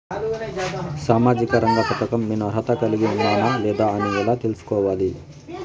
సామాజిక రంగ పథకం నేను అర్హత కలిగి ఉన్నానా లేదా అని ఎలా తెల్సుకోవాలి?